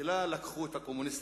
תחילה לקחו את הקומוניסטים,